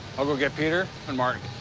i'll go get peter and martin.